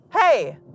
hey